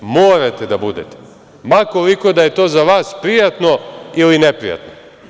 Morate da budete, ma koliko da je to za vas prijatno ili neprijatno.